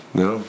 no